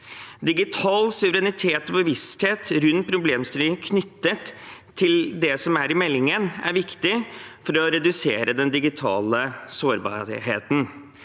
Digital suverenitet og bevissthet rundt problemstillinger knyttet til det som er i meldingen, er viktig for å redusere den digitale sårbarheten.